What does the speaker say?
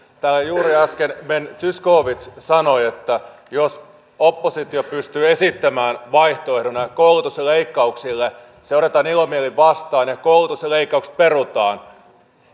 täällä juuri äsken ben zyskowicz sanoi että jos oppositio pystyy esittämään vaihtoehdon näille koulutusleikkauksille se otetaan ilomielin vastaan ja koulutuksen leikkaukset perutaan